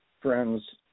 friends